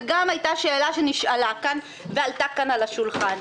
גם זו שאלה שעלתה כאן על השולחן.